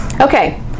Okay